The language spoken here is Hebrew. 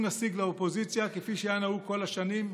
נציג לאופוזיציה כפי שהיה נהוג כל השנים?